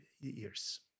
years